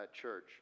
Church